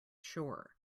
shore